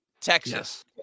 Texas